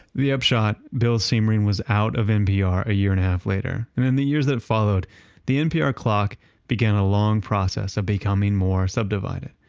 the upshot, bill siemering was out of npr a year in and a half later. and in the years that followed the npr clock began a long process of becoming more subdivided.